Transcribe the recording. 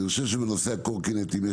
בנושא הקורקינטים,